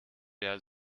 der